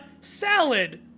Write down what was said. Salad